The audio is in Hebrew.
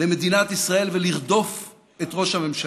למדינת ישראל ולרדוף את ראש הממשלה: